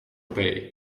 pay